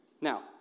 Now